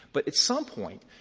but at some point,